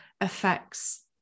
affects